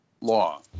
law